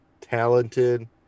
talented